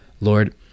Lord